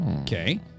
Okay